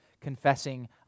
confessing